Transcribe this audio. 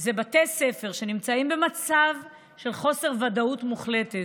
זה בתי ספר שנמצאים במצב של חוסר ודאות מוחלטת.